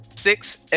Six